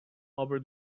over